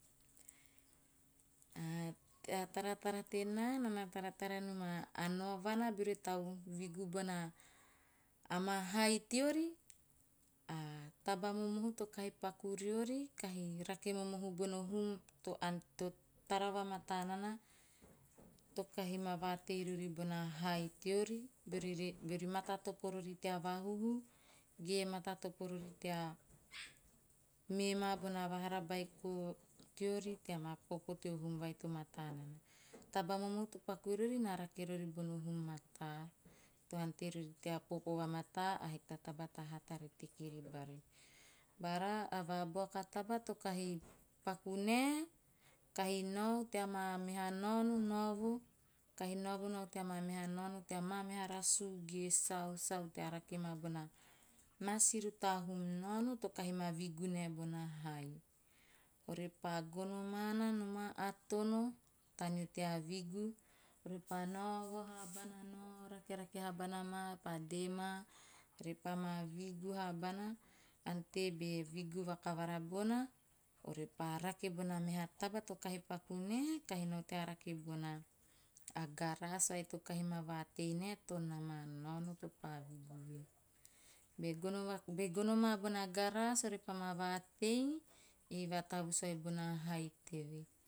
A taratara tena nana taratara naoma a novana buri tau vigu boana a maa hai teori a taba momohu to kai paku riori kahi raki momohu bono hum to ante tara vamata nana to kahi ma vatei riori bona hai teori beri matatopo teori tea vahuhu ge matatopo riori tea, me ma bona vahara baiko tea teori tea ma popo teo hum vai teo mata nana. Taba momohu to paku riori na rake riori bono hum mata to ante riori tea poko vamata ahik ta taba tahata ri te kiribari. Bara ava buaka taba to kahi pa kune kahi nao tea ma meha naono, naovu, kahi naovu nau tea ma meha nao no tea ma meha ra su ge sau, sau teara ge ma bona ma si ru ta hun ta nao no to kahi ma vigu ne bona hai. Orepa gono mana no atono tanu tea vigu repa naovo habana nao rakerake habana ma pa dee maa repa ma vigu habana ante be vigu vaka vara vona orepa rake bona me ha taba tohe pa kune kahe teara ke bona a garas ahe to kahi ma vatei net to na ma naono pa. Be gono ma - be gono ma bona garas repa ma vatei e vatavus e bona hai te vei.